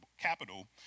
capital